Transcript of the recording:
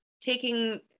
taking